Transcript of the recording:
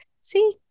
see